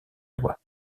loi